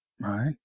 Right